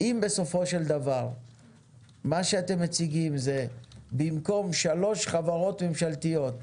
אם בסופו של דבר מה שאתם מציגים זה שבמקום שלוש חברות ממשלתיות,